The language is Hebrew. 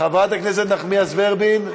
חברת הכנסת נחמיאס ורבין.